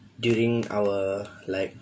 during our like